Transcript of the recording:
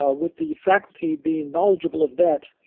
ah with the faculty being knowledgeable of that,